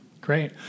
Great